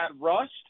Rust